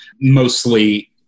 Mostly